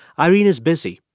irene is busy.